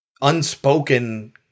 unspoken